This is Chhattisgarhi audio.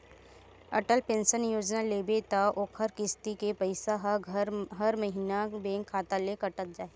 अटल पेंसन योजना लेबे त ओखर किस्ती के पइसा ह हर महिना बेंक खाता ले कटत जाही